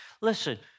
Listen